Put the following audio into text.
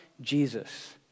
Jesus